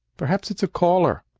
perhaps it's caller.